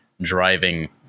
driving